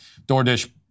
DoorDash